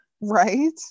Right